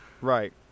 Right